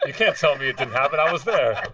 and can't tell me it didn't happen. i was there